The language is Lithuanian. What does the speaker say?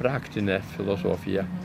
praktinę filosofiją